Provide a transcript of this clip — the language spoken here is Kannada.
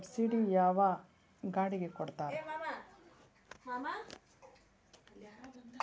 ಸಬ್ಸಿಡಿ ಯಾವ ಗಾಡಿಗೆ ಕೊಡ್ತಾರ?